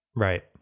Right